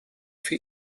für